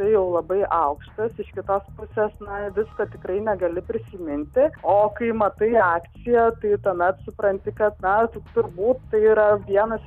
jau labai aukštas iš kitos pusės na visko tikrai negali prisiminti o kai matai akciją tai tuomet supranti kad na turbūt tai yra vienas